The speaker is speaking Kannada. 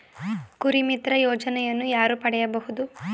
ಕುರಿಮಿತ್ರ ಯೋಜನೆಯನ್ನು ಯಾರು ಪಡೆಯಬಹುದು?